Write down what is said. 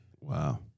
Wow